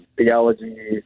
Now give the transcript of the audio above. theology